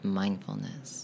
mindfulness